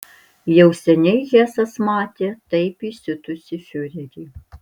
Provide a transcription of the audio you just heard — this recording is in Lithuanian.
jau seniai hesas matė taip įsiutusį fiurerį